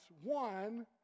one